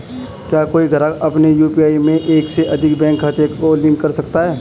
क्या कोई ग्राहक अपने यू.पी.आई में एक से अधिक बैंक खातों को लिंक कर सकता है?